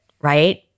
right